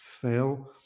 fail